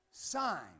Sign